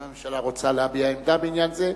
אם הממשלה רוצה להביע עמדה בעניין זה.